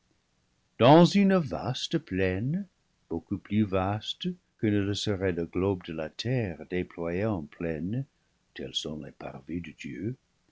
dans une vaste plaine beaucoup plus vaste que ne le serait le globe de la terre déployé en plaine tels sont les parvis de dieu